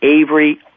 Avery